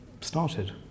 started